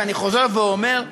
ואני חוזר ואומר,